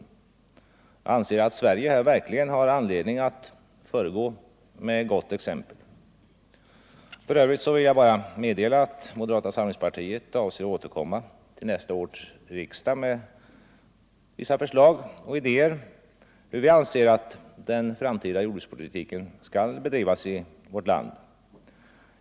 Jag anser att Sverige här verkligen har anledning att föregå med gott exempel. För övrigt vill jag bara meddela att moderata samlingspartiet avser att återkomma till nästa års riksmöte med vissa förslag och idéer om hur vi anser att den framtida jordbrukspolitiken skall bedrivas i vårt land.